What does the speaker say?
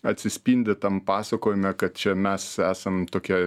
atsispindi tam pasakoje ne kad čia mes esam tokie